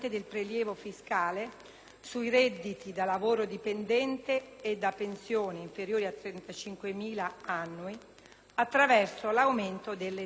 sui redditi da lavoro dipendente e da pensioni inferiori a 35.000 euro annui, attraverso l'aumento delle detrazioni.